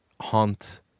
haunt